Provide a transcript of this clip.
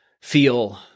feel